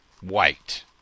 white